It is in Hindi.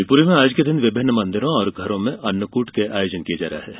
शिवपूरी में आज के दिन विभिन्न मंदिरों और घरों में अन्नकूट के आयोजन किये जा रहे है